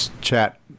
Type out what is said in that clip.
chat